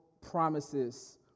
promises